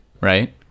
right